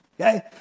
Okay